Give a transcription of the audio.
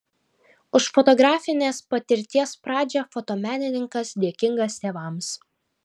už fotografinės patirties pradžią fotomenininkas dėkingas tėvams